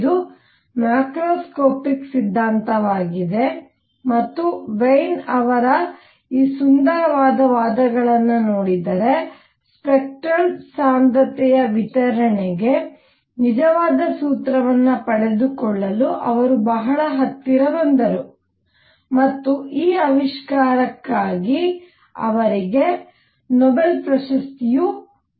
ಇದು ಮ್ಯಾಕ್ರೋಸ್ಕೋಪಿಕ್ ಸಿದ್ಧಾಂತವಾಗಿದೆ ಮತ್ತು ವೇನ್ ಅವರ ಈ ಸುಂದರವಾದ ವಾದಗಳನ್ನು ನೋಡಿದರೆ ಸ್ಪೆಕ್ಟರಲ್ ಸಾಂದ್ರತೆಯ ವಿತರಣೆಗೆ ನಿಜವಾದ ಸೂತ್ರವನ್ನು ಪಡೆದುಕೊಳ್ಳಲು ಅವರು ಬಹಳ ಹತ್ತಿರ ಬಂದರು ಮತ್ತು ಈ ಆವಿಷ್ಕಾರಕ್ಕಾಗಿ ಅವರಿಗೆ ನೊಬೆಲ್ ಪ್ರಶಸ್ತಿ ನೀಡಲಾಯಿತು